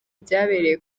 byabereye